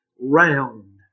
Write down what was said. round